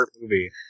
movie